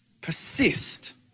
persist